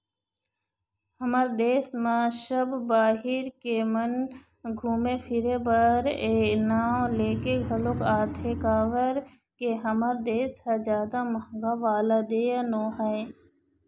हमर देस म सब बाहिर के मन घुमे फिरे बर ए नांव लेके घलोक आथे काबर के हमर देस ह जादा महंगा वाला देय नोहय